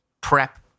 prep